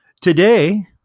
today